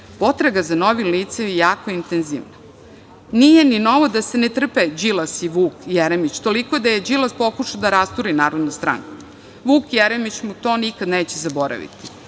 Potraga za novim licem je jako intenzivna. Nije ni novo da se ne trpe Đilas i Vuk Jeremić, toliko da je Đilas pokušao da rasturi Narodnu stranku. Vuk Jeremić mu to nikad neće zaboraviti.